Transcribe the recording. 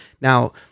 now